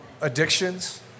addictions